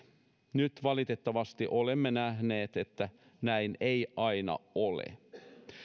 nyt valitettavasti olemme nähneet että näin ei aina ole